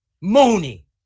mooney